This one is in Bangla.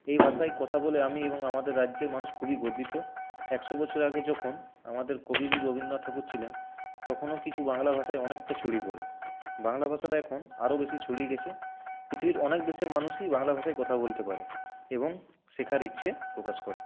এই ভাষায় কথা বলে আমি এবং আমাদের রাজ্যের মানুষ খুবই গর্বিত একশো বছর আগে যখন আমাদের কবিগুরু রবীন্দ্রনাথ ঠাকুর ছিলেন তখনও কিছু বাংলা ভাষায় অনেকটা ছড়িয়ে পড়ে বাংলা ভাষাটা এখন আরও বেশি ছড়িয়ে গেছে পৃথিবীর অনেক দেশের মানুষই বাংলা ভাষায় কথা বলতে পারে এবং শেখার ইচ্ছে প্রকাশ করে